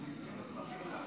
המזכיר.